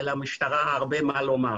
למשטרה יש הרבה מה לומר.